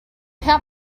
pat